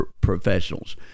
professionals